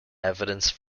evidence